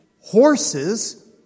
horses